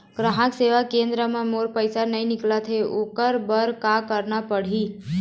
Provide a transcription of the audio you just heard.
ग्राहक सेवा केंद्र म मोर पैसा नई निकलत हे, ओकर बर का करना पढ़हि?